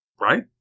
right